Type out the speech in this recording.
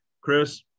Chris